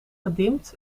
gedimd